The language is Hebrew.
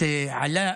את עלאא,